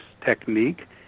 technique